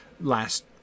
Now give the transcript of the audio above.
last